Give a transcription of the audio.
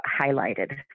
highlighted